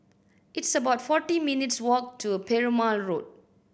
it's about forty minutes' walk to Perumal Road